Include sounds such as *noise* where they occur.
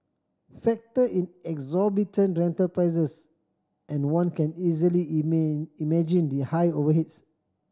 factor in exorbitant rental prices and one can easily *unintelligible* imagine the high overheads